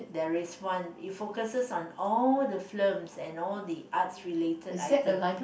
there is one it focuses on all the films and all the arts related items